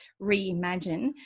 reimagine